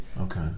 Okay